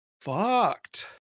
fucked